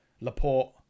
Laporte